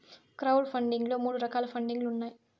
crowd funding లో మూడు రకాల పండింగ్ లు ఉన్నాయి